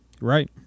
Right